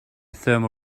thermal